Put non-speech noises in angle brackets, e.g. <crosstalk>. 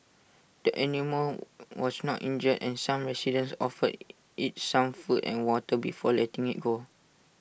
the animal <hesitation> was not injured and some residents offered <hesitation> IT some food and water before letting IT go